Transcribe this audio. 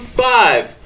five